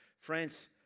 Friends